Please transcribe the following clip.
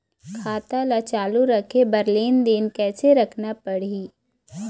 खाता ला चालू रखे बर लेनदेन कैसे रखना पड़ही?